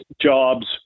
jobs